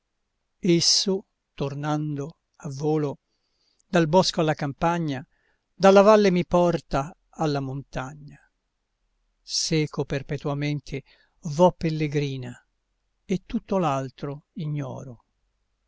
vento esso tornando a volo dal bosco alla campagna dalla valle mi porta alla montagna seco perpetuamente vo pellegrina e tutto l'altro ignoro